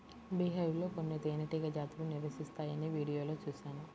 beehive లో కొన్ని తేనెటీగ జాతులు నివసిస్తాయని వీడియోలో చూశాను